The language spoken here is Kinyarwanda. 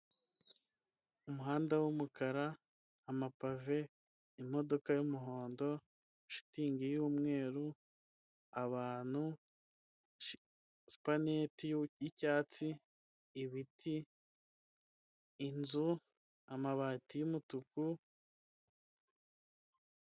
Umuhanda w'umukara amapave imodoka y'umuhondo shitingi y'umweru abantu. supanete yicyatsi ibiti, inzu amabati y'umutuku.